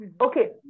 Okay